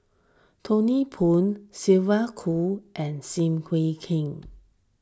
Thony Poon Sylvia Kho and Sim Kuih Kueh